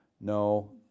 No